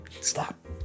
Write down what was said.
Stop